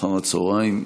אחר הצוהריים.